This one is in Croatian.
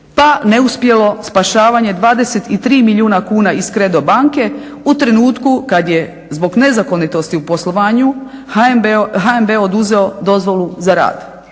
Pa neuspjelo spašavanje 23 milijuna kuna iz Kredo banke u trenutku kad je zbog nezakonitosti u poslovanju HNB oduzeo dozvolu za rad